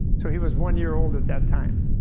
so he was one-year-old at that time.